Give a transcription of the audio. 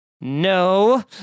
no